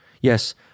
Yes